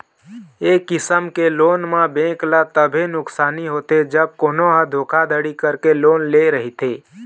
ए किसम के लोन म बेंक ल तभे नुकसानी होथे जब कोनो ह धोखाघड़ी करके लोन ले रहिथे